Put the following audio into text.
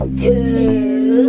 two